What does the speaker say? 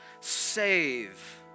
save